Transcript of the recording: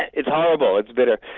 it's horrible it's bitter.